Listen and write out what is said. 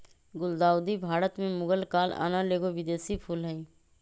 गुलदाऊदी भारत में मुगल काल आनल एगो विदेशी फूल हइ